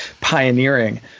pioneering